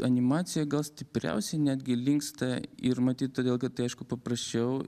animacija gal stipriausiai netgi linksta ir matyt todėl kad tai aišku paprasčiau